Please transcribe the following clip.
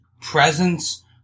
presence